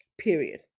Period